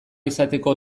izateko